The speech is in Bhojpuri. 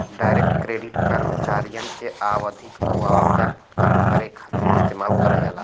डायरेक्ट क्रेडिट कर्मचारियन के आवधिक मुआवजा भुगतान करे खातिर इस्तेमाल करल जाला